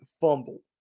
fumble